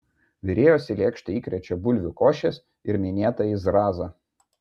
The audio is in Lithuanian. virėjos į lėkštę įkrečia bulvių košės ir minėtąjį zrazą